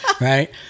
right